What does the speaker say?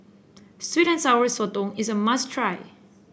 sweet and Sour Sotong is a must try